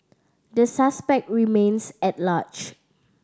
the suspect remains at large